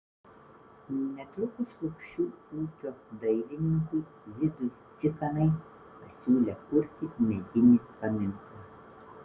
netrukus lukšių ūkio dailininkui vidui cikanai pasiūlė kurti medinį paminklą